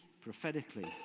prophetically